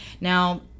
Now